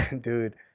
dude